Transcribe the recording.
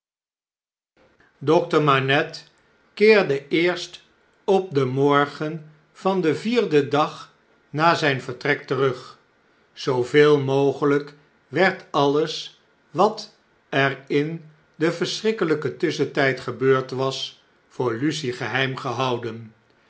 dokter manette keerde eerst op den morgen van den vierden dag na zijn vertrek terug zooveel mogeljjk werd alles wat er in den verschrikkeljjken tusschentjjd gebeurd was voor lucie geheim gehouden